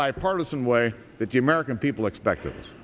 bipartisan way that the american people expect